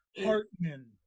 Hartman